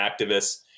activists